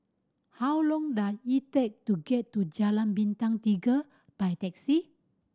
how long does it take to get to Jalan Bintang Tiga by taxi